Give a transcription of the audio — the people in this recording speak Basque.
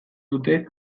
dute